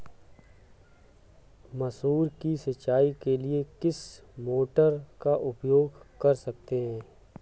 मसूर की सिंचाई के लिए किस मोटर का उपयोग कर सकते हैं?